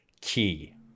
key